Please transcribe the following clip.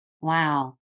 Wow